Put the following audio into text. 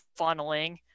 funneling